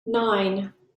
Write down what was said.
nine